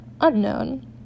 unknown